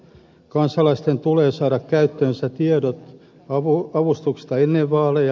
kansalaisten tulee saada käyttöönsä tiedot avustuksista ennen vaaleja